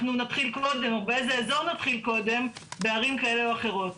נתחיל קודם או באיזה אזור נתחיל קודם בערים כאלה או אחרות.